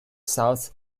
south